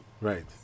Right